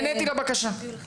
נעניתי לבקשה, בסדר?